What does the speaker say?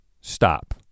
stop